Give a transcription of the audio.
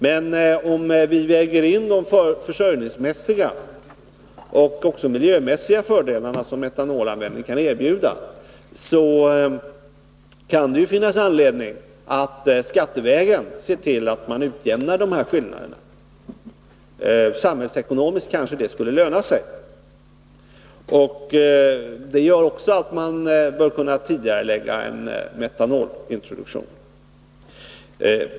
Men om vi väger in de försörjningsmässiga och också miljömässiga fördelar som metanolanvändning kan erbjuda, kan det finnas anledning att se till att skattevägen utjämna dessa skillnader. Samhällsekonomiskt kanske det skulle löna sig. Det gör också att man bör kunna tidigarelägga en metanolintroduktion.